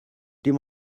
dim